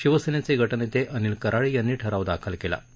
शिवसेनेचे गटनेते अनिल कराळे यांनी ठराव दाखल केला होता